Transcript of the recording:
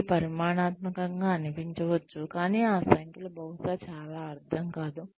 ఇది పరిమాణాత్మకంగా అనిపించవచ్చు కానీ ఆ సంఖ్యలు బహుశా చాలా అర్థం కాదు